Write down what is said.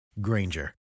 Granger